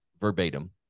verbatim